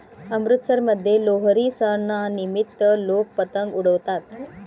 अमृतसरमध्ये लोहरी सणानिमित्त लोक पतंग उडवतात